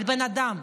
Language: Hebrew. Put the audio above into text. על בן אדם,